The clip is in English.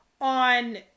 on